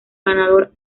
ganador